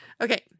Okay